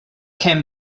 can